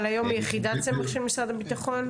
אבל היום היא יחידת סמך של משרד הביטחון?